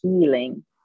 healing